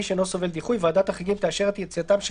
שאינו סובל דיחוי - ועדת החריגים תאשר את יציאתם של